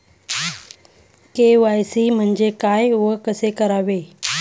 KYC म्हणजे काय व कसे करावे?